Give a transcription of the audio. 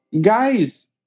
Guys